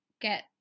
get